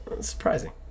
Surprising